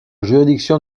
juridiction